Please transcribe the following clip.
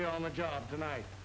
be on the job tonight